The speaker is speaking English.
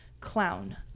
Clown